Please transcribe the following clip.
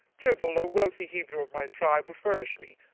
tubal, a wealthy hebrew of my tribe, will furnish me.